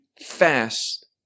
fast